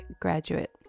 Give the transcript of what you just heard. graduate